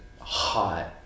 hot